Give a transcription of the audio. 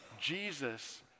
Jesus